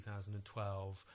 2012